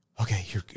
okay